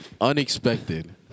unexpected